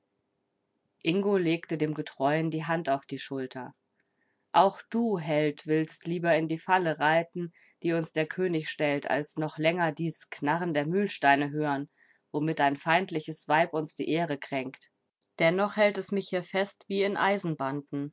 ingo legte dem getreuen die hand auf die schulter auch du held willst lieber in die falle reiten die uns der könig stellt als noch länger dies knarren der mühlsteine hören womit ein feindliches weib uns die ehre kränkt dennoch hält es mich hier fest wie in